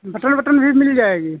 button वटन भी मिल जाएगी